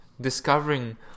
discovering